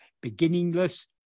beginningless